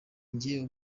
njye